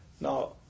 Now